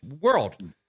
world